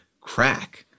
crack